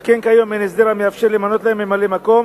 שכן כיום אין הסדר המאפשר למנות להם ממלא-מקום,